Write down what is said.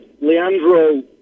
Leandro